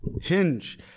Hinge